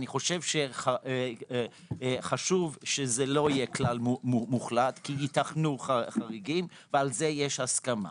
חושב שחשוב שזה לא יהיה כלל מוחלט כי ייתכנו חריגים ועל זה יש הסכמה.